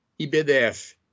ibdf